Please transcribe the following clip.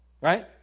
Right